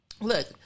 Look